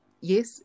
yes